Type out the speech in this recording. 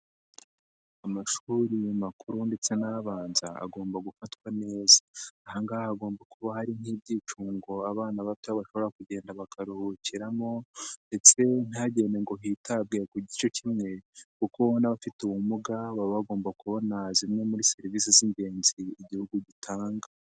Amashuri makuru ndetse n'abanza agomba gufatwa neza, aha ngaha hagomba kuba hari nk'ibyicungo abana bato bashobora kugenda bakaruhukiramo ndetse ntagende ngo hitabwe ku gice kimwe kuko n'abafite ubumuga baba bagomba kubona zimwe muri serivisi z'ingenzi igihugu gitanga.